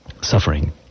Suffering